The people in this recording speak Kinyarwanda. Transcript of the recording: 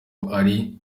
ari